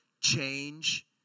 change